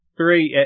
three